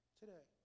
today